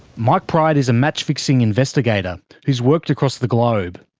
mike pride is a match-fixing investigator who has worked across the globe.